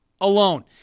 alone